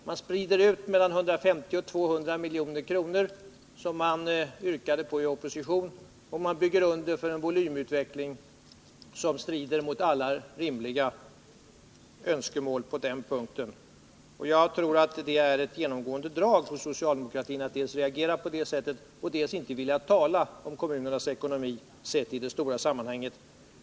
Man sprider ut de 150-200 milj.kr. som socialdemokraterna yrkade på i opposition, och man bygger under för en volymutveckling som strider mot alla rimliga önskemål på den punkten. Jag tror att det är ett genomgående drag hos socialdemokraterna att dels reagera på det sättet, dels inte vilja tala om kommunernas ekonomi sett i det stora sammanhanget.